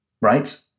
right